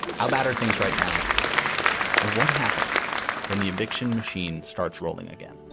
how bad are things right now and what happens when the eviction machine starts rolling again?